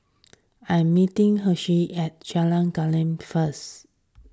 I am meeting Hershel at Jalan Gelam first